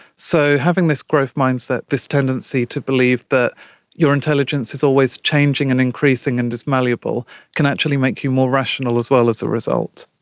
so having this growth mindset, this tendency to believe that your intelligence is always changing and increasing and is malleable can actually make you more rational as well as a result.